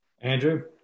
Andrew